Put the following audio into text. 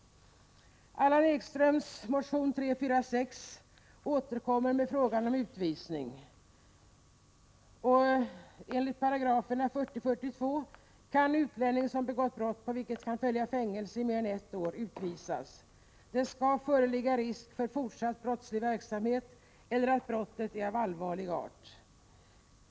Allan Ekström återkommer i sin motion 346 med frågan om utvisning. Enligt 40 och 42 §§ utlänningslagen kan utlänning som begått brott, på vilket kan följa fängelse i mer än ett år, utvisas. Det skall föreligga risk för fortsatt brottslig verksamhet eller också skall brottet vara av allvarlig art.